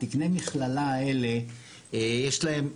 תכני המכללה האלה יש להם,